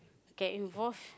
get involved